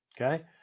Okay